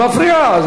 היא מפריעה.